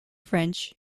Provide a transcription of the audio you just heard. french